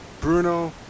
Bruno